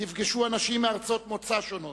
תפגשו אנשים מארצות מוצא שונות,